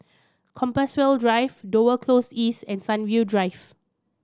Compassvale Drive Dover Close East and Sunview Drive